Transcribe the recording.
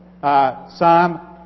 Psalm